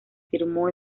firmó